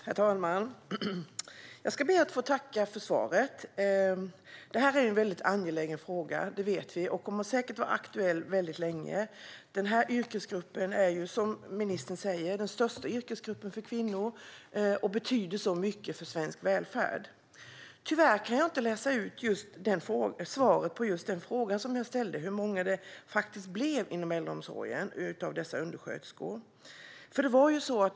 Herr talman! Jag ska be att få tacka för svaret. Detta är en angelägen fråga, det vet vi. Den kommer säkert att vara aktuell länge. I denna yrkesgrupp finns, som ministern säger, flest kvinnor, och den betyder mycket för svensk välfärd. Tyvärr kan jag inte läsa ut svaret på den fråga som jag ställde, nämligen hur många undersköterskor det faktiskt blev inom äldreomsorgen.